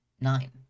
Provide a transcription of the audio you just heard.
nine